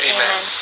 Amen